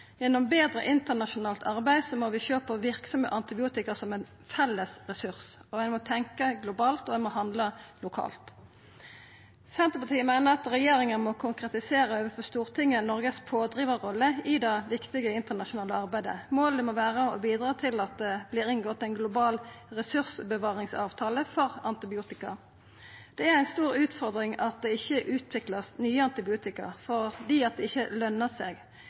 Gjennom betre internasjonalt arbeid må vi sjå på verksame antibiotika som ein felles ressurs, og ein må tenkja globalt og handla lokalt. Senterpartiet meiner at regjeringa må konkretisera overfor Stortinget Noregs pådrivarrolle i det viktige internasjonale arbeidet. Målet må vera å bidra til at det vert inngått ein global ressursbevaringsavtale for antibiotika. Det er ei stor utfordring at det ikkje vert utvikla nye antibiotika fordi det ikkje «lønar seg».